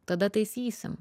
tada taisysim